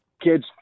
kids